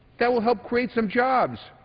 that will help create some jobs.